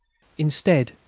instead,